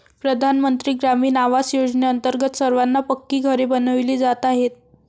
प्रधानमंत्री ग्रामीण आवास योजनेअंतर्गत सर्वांना पक्की घरे बनविली जात आहेत